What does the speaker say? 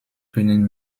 können